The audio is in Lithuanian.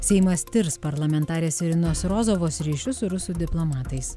seimas tirs parlamentarės irinos rozovos ryšius su rusų diplomatais